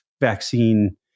vaccine